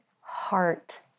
heart